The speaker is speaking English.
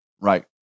Right